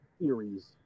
theories